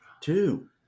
Two